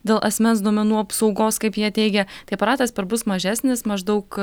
dėl asmens duomenų apsaugos kaip jie teigia tai aparatas perpus mažesnis maždaug